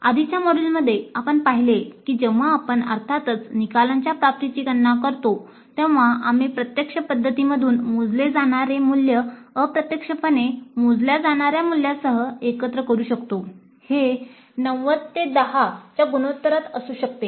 आधीच्या मॉड्यूलमध्ये आपण पाहिले आहे की जेव्हा आपण अर्थातच निकालांच्या प्राप्तीची गणना करतो तेव्हा आम्ही प्रत्यक्ष पध्दतींमधून मोजले जाणारे मूल्य अप्रत्यक्षपणे मोजल्या जाणार्या मूल्यासह एकत्र करू शकतो हे 9010 च्या गुणोत्तरात असू शकते